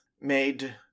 made